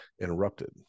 interrupted